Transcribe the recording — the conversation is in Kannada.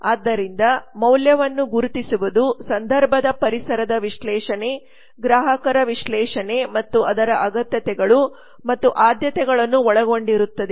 ಆದ್ದರಿಂದ ಮೌಲ್ಯವನ್ನು ಗುರುತಿಸುವುದು ಸಂದರ್ಭದ ಪರಿಸರದ ವಿಶ್ಲೇಷಣೆ ಗ್ರಾಹಕರ ವಿಶ್ಲೇಷಣೆ ಮತ್ತು ಅವರ ಅಗತ್ಯತೆಗಳು ಮತ್ತು ಆದ್ಯತೆಗಳನ್ನು ಒಳಗೊಂಡಿರುತ್ತದೆ